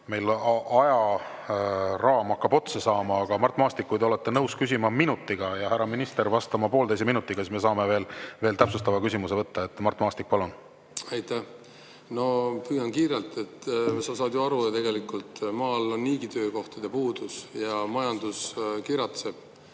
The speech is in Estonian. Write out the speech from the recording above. meie ajaraam hakkab otsa saama. Mart Maastik, kui te olete nõus küsima ära minutiga, ja kui härra minister on nõus vastama poolteise minutiga, siis me saame veel täpsustava küsimuse võtta. Mart Maastik, palun! Aitäh! Ma püüan teha kiirelt. Sa saad ju aru, et maal on niigi töökohtade puudus ja majandus kiratseb